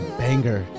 banger